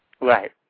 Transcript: Right